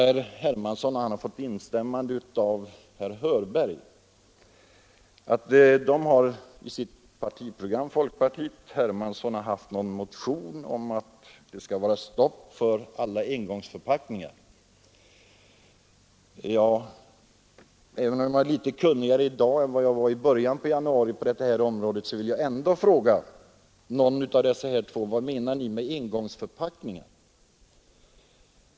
Herr Hermansson sade — och på denna punkt instämde herr Hörberg; folkpartiet har tydligen ett liknande krav i sitt partiprogram — att han haft en motion om ett stopp för alla engångsförpackningar. Även om jag är litet kunnigare i dag än jag var i början av januari på detta område vill jag fråga dessa två herrar: Vad menar ni med engångsförpackningar?